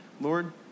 Lord